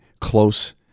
close